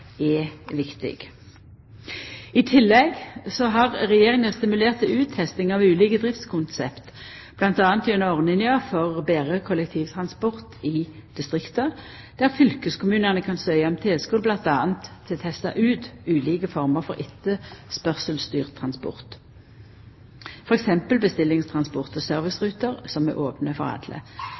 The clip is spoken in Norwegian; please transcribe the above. er viktig. I tillegg har Regjeringa stimulert til uttesting av ulike driftskonsept, bl.a. gjennom ordninga for betre kollektivtransport i distrikta, der fylkeskommunane kan søkja om tilskot, bl.a. for å testa ut ulike former for etterspørselstyrt transport, t.d. bestillingstransport og serviceruter som er opne for